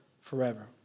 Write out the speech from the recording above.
forever